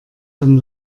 dann